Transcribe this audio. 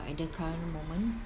at the current moment